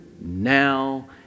now